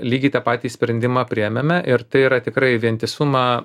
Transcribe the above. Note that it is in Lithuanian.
lygiai tą patį sprendimą priėmėme ir tai yra tikrai vientisumą